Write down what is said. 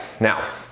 Now